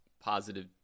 positive